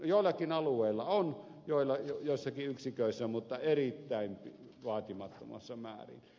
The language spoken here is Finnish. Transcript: joillakin alueilla on joissakin yksiköissä mutta erittäin vaatimattomassa määrin